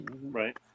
Right